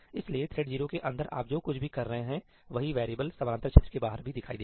इसलिए थ्रेड 0 के अंदर आप जो कुछ भी कर रहे हैं वही वेरिएबल समानांतर क्षेत्र के बाहर भी दिखाई देगा